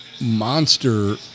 monster